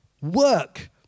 Work